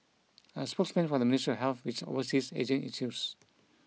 a spokesman for the Ministry of Health which oversees ageing issues